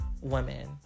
women